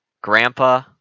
Grandpa